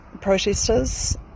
protesters